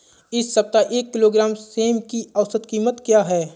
इस सप्ताह एक किलोग्राम सेम की औसत कीमत क्या है?